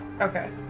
Okay